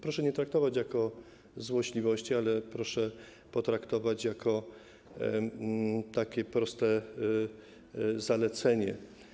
Proszę nie traktować tego jako złośliwości, ale proszę potraktować to jako takie proste zalecenie.